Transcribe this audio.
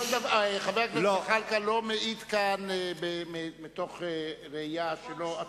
חבר הכנסת זחאלקה לא מעיד כאן מתוך ראייה שלו עצמו.